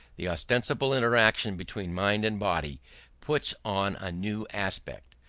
the ostensible interaction between mind and body puts on a new aspect.